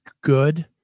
good